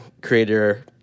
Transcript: creator